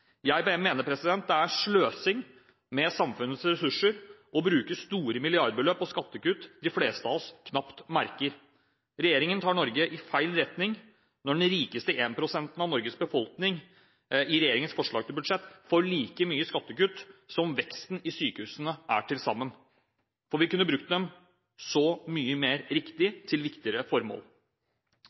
Jeg mener det er sløsing med samfunnets ressurser å bruke store milliardbeløp på skattekutt de fleste av oss knapt merker. Regjeringen tar Norge i feil retning når den rikeste 1 pst.-en av Norges befolkning i regjeringens forslag til budsjett får like mye i skattekutt som veksten i sykehusene er til sammen. Vi kunne brukt dem så mye mer riktig til viktigere formål.